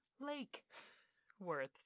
lake-worth